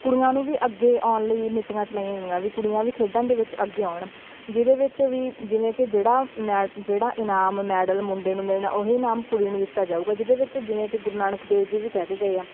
ਕੁੜੀਆਂ ਨੂੰ ਵੀ ਅੱਗੇ ਆਉਣ ਲਈ ਨੀਤੀਆਂ ਚਲਾਈਆਂ ਗਈਆਂ ਵੀ ਕੁੜੀਆਂ ਵੀ ਖੇਡਾਂ ਦੇ ਵਿੱਚ ਅੱਗੇ ਆਉਣ ਜਿਹਦੇ ਵਿੱਚ ਵੀ ਜਿਵੇਂ ਕਿ ਜਿਹੜਾ ਮੈ ਜਿਹੜਾ ਇਨਾਮ ਮੈਡਲ ਮੁੰਡੇ ਨੂੰ ਮਿਲਣਾ ਉਹੀ ਇਨਾਮ ਕੁੜੀ ਨੂੰ ਦਿੱਤਾ ਜਾਊਗਾ ਜਿਹਦੇ ਵਿੱਚ ਜਿਵੇਂ ਕਿ ਗੁਰੂ ਨਾਨਕ ਦੇਵ ਜੀ ਵੀ ਕਹਿ ਕੇ ਗਏ ਆ